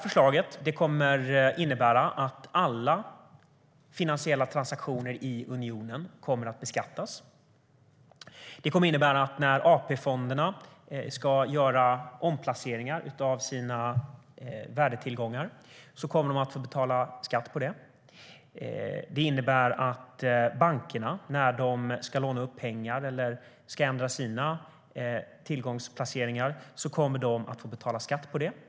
Förslaget kommer att innebär att alla finansiella transaktioner i unionen kommer att beskattas. Det kommer att innebära att när AP-fonderna ska göra omplaceringar av sina värdetillgångar kommer de att få betala skatt på det. Det innebär att bankerna, när de ska låna upp pengar eller ändra sina tillgångsplaceringar, kommer att få betala skatt på det.